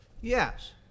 yes